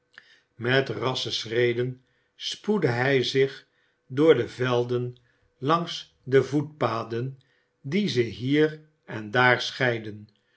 met rasse schreden spoedde hij zich door de velden langs de voetpaden die ze hier en daar scheiden